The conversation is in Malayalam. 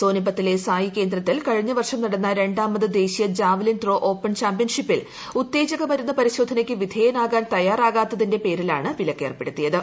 സോനിപത്തിലെ സായി കേന്ദ്രത്തിൽ കഴിഞ്ഞ വർഷം നടന്ന രണ്ടാമത് ദേശീയ ജാവലിൻ ത്രോ ഓപ്പൺ ചാമ്പ്യൻഷിപ്പിൽ ഉത്തേജക മരുന്ന് പരിശോധനയ്ക്ക് വിധേയനാകാൻ തയ്യാറാകാത്തിന്റെ പേരിലാണ് വിലക്കേർപ്പെടുത്തിയത്